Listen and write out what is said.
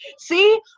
See